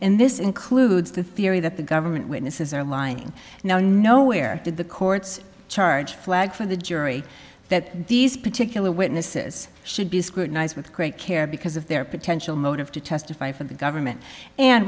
and this includes the theory that the government witnesses are lying now and nowhere did the courts charge flag for the jury that these particular witnesses should be scrutinized with great care because of their potential motive to testify for the government and